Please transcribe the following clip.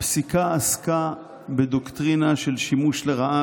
הפסיקה עסקה בדוקטרינה של שימוש לרעה